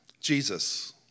Jesus